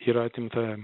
yra atimta